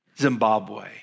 Zimbabwe